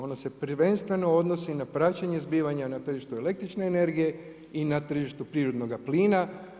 Ono se prvenstveno odnosi na praćenje zbivanja na tržištu električne energije i na tržište prirodnoga plina.